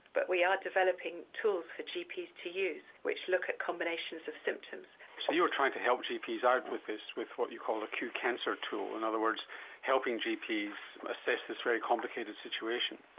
but we are developing tools for gps to use which look at combinations of symptoms. so you are trying to help gps out with this, with what you call ah a qcancer tool, in other words helping gps assess this very complicated situation.